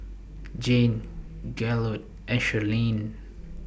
Jayne Gaylord and Shirleen